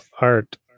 art